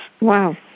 Wow